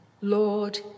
Lord